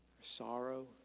sorrow